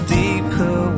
deeper